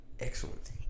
Excellent